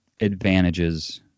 advantages